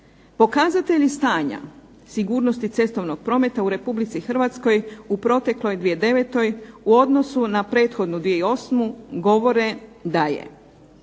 Pokazatelji stanja sigurnosti cestovnog prometa u Republici Hrvatskoj u protekloj 2009. u odnosu na prethodnu 2008. govori da je